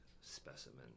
specimen